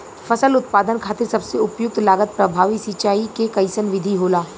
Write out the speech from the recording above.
फसल उत्पादन खातिर सबसे उपयुक्त लागत प्रभावी सिंचाई के कइसन विधि होला?